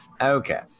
okay